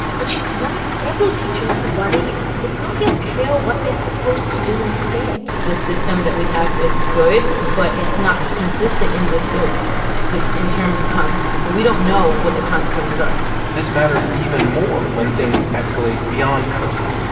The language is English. but she's one of several teachers who worry it's not yet clear what they're supposed to do instead the system that we have is good, but it's not consistent in this building in in terms of consequence. so we don't know what the consequences are this matters even more when things escalate beyond cursing.